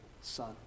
Son